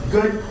Good